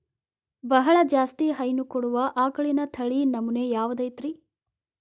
ಬಹಳ ಜಾಸ್ತಿ ಹೈನು ಕೊಡುವ ಆಕಳಿನ ತಳಿ ನಮೂನೆ ಯಾವ್ದ ಐತ್ರಿ?